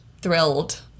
thrilled